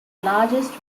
largest